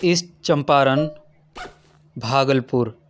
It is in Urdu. ایسٹ چمپارن بھاگلپور